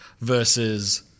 versus